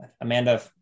Amanda